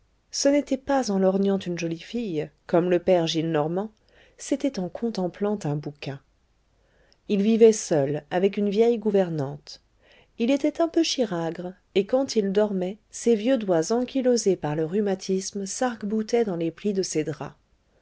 ce n'était pas en lorgnant une jolie fille comme le père gillenormand c'était en contemplant un bouquin il vivait seul avec une vieille gouvernante il était un peu chiragre et quand il dormait ses vieux doigts ankylosés par le rhumatisme sarc boutaient dans les plis de ses draps